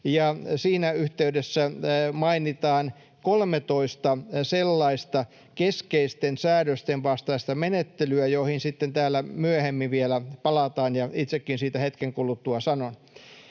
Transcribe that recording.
siinä yhteydessä mainitaan 13 sellaista keskeisten säädösten vastaista menettelyä, joihin sitten täällä myöhemmin vielä palataan, ja itsekin siitä hetken kuluttua sanon.